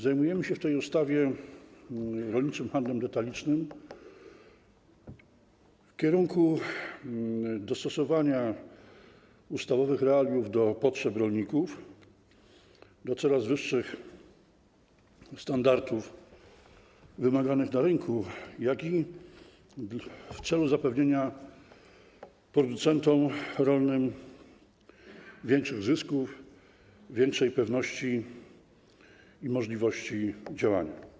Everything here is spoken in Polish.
Zajmujemy się w tej ustawie rolniczym handlem detalicznym w kierunku dostosowania ustawowych realiów do potrzeb rolników, do coraz wyższych standardów wymaganych na rynku, jak i zapewnienia producentom rolnym większych zysków, większej pewności i możliwości działania.